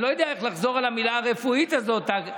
אני לא יודע איך לחזור על המילה הרפואית הזאת, הרב